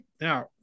now